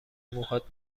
موهات